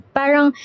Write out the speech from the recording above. parang